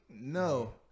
no